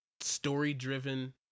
story-driven